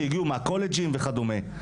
שהגיעו מהקולג'ים וכדומה.